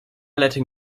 letting